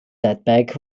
setback